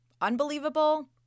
Unbelievable